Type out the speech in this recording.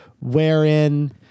wherein